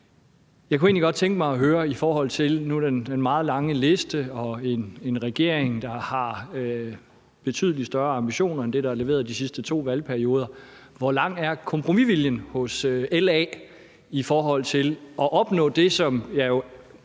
Jeg kunne egentlig godt tænke mig at høre i forhold til den meget lange liste og en regering, der har betydelig større ambitioner end det, der er leveret de sidste to valgperioder: Hvor lang er kompromisviljen hos LA i forhold til at opnå det, som jeg jo